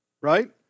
right